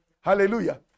Hallelujah